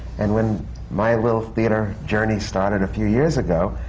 and when my little theatre journey started a few years ago,